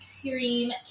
cream